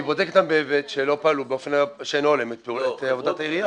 היא בודקת שלא פעלו באופן שאינו הולם את עבודת העירייה.